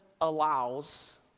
allows